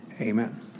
Amen